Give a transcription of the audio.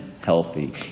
healthy